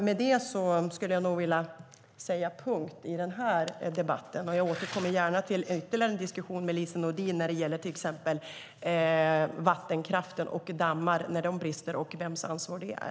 Med detta vill jag sätta punkt i den här debatten, och jag återkommer gärna till ytterligare en diskussion med Lise Nordin när det gäller till exempel vattenkraften och vems ansvar det är när dammar brister.